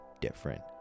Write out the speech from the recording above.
different